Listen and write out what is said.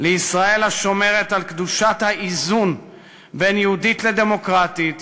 לישראל השומרת על קדושת האיזון בין יהודית לדמוקרטית,